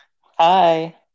hi